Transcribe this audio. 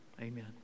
Amen